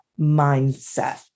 mindset